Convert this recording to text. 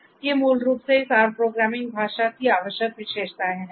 तो ये मूल रूप से इस R प्रोग्रामिंग भाषा की आवश्यक विशेषताएं हैं